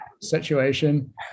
situation